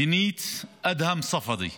פיניס אדהם ספדי,